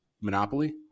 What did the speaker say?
Monopoly